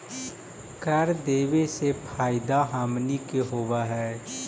कर देबे से फैदा हमनीय के होब हई